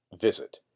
visit